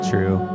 True